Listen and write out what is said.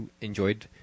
enjoyed